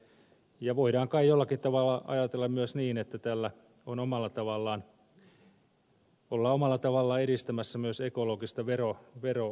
voidaan kai jollakin tavalla ajatella myös niin että tällä ollaan omalla tavallaan edistämässä myös ekologista verouudistusta